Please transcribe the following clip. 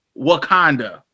Wakanda